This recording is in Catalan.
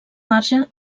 marge